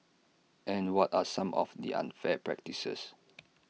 and what are some of the unfair practices